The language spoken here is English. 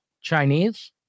Chinese